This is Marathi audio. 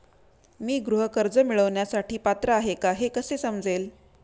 मी गृह कर्ज मिळवण्यासाठी पात्र आहे का हे कसे समजेल?